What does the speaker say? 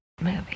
movie